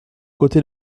côté